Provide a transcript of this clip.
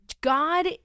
god